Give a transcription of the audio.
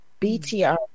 BTR